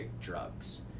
drugs